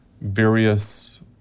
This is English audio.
various